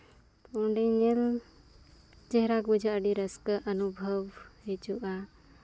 ᱚᱸᱰᱮ ᱧᱮᱞ ᱪᱮᱦᱨᱟ ᱵᱩᱡᱷᱟᱹᱜᱼᱟ ᱟᱹᱰᱤ ᱨᱟᱹᱥᱠᱟᱹ ᱚᱱᱩᱵᱷᱚᱵᱽ ᱦᱤᱡᱩᱜᱼᱟ